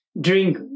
drink